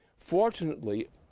fortunately,